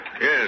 Yes